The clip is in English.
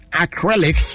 acrylic